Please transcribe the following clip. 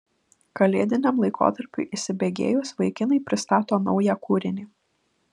kalėdiniam laikotarpiui įsibėgėjus vaikinai pristato naują kūrinį